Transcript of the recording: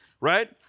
Right